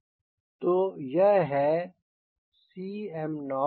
तो यह है Cm0reqd